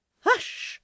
Hush